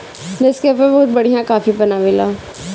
Nescafe बहुते बढ़िया coffee बनावेला